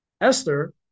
Esther